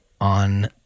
on